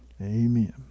Amen